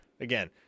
again